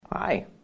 Hi